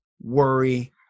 worry